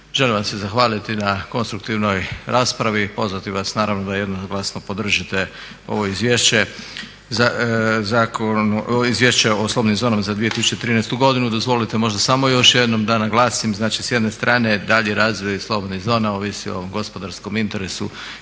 želim vam se zahvaliti na konstruktivnoj raspravi i pozvati vas naravno da jednoglasno podržite ovo Izvješće o slobodnim zonama za 2013. godinu. Dozvolite možda samo još jednom da naglasim, znači s jedne strane dalji razvoj slobodnih zona ovisi o gospodarskom interesu